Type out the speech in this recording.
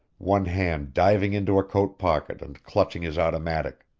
one hand diving into a coat pocket and clutching his automatic.